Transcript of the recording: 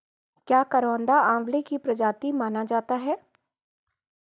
क्या करौंदा आंवले की प्रजाति माना जाता है?